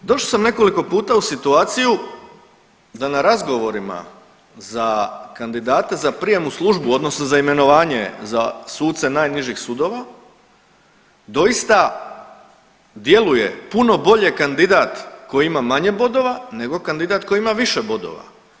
E sad, došao sam nekoliko puta u situaciju da na razgovorima za kandidate za prijam u službu odnosno za imenovanje za suce najnižih sudova doista djeluje puno bolje kandidat koji ima manje bodova nego kandidat koji ima više bodova.